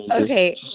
Okay